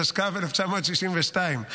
התשכ"ב 1962,